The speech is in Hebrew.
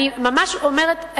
אני ממש אומרת,